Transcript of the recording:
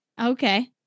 Okay